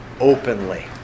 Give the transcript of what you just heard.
openly